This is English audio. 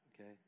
okay